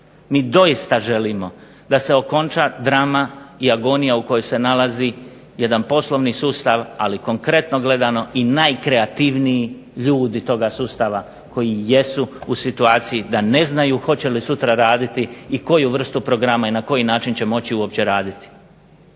Mi doista želimo da se okonča drama i agonija u kojoj se nalazi jedan poslovni sustav, ali konkretno gledano i najkreativniji ljudi toga sustava koji jesu u situaciji da ne znaju hoće li sutra raditi i koju vrstu programa i na koji način će moći uopće raditi.